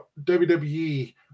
WWE